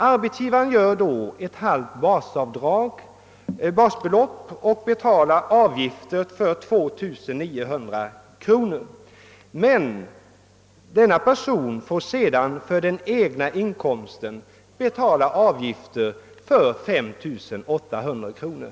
Arbetsgivaren gör då ett halvt avdrag för basbeloppet och betalar avgift för 2900 kronor medan denne låginkomsttagare sedan får för inkomsten av egen rörelse betala avgift för 5 800 kronor.